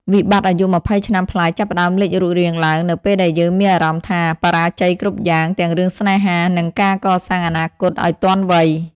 វិបត្តិអាយុ២០ ឆ្នាំប្លាយចាប់ផ្តើមលេចរូបរាងឡើង នៅពេលដែលយើងមានអារម្មណ៍ថា "បរាជ័យគ្រប់យ៉ាង" ទាំងរឿងស្នេហា និងការកសាងអនាគតឱ្យទាន់វ័យ។